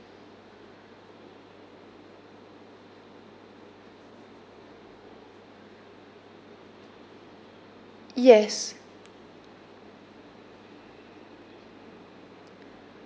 yes